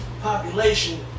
population